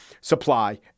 supply